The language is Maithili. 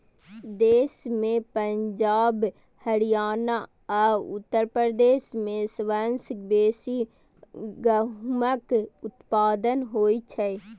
देश मे पंजाब, हरियाणा आ उत्तर प्रदेश मे सबसं बेसी गहूमक उत्पादन होइ छै